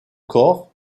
corps